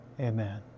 Amen